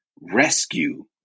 rescue